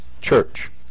church